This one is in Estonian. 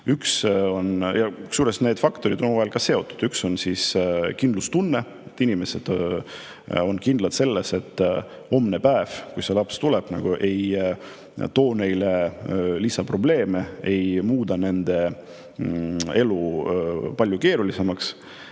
lapsi saada. Ja need faktorid on omavahel seotud. Üks on kindlustunne, et inimesed on kindlad selles, et homne päev, kui laps tuleb, ei too neile lisaprobleeme, ei muuda nende elu palju keerulisemaks.